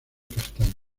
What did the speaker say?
castaño